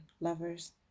lovers